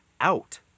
out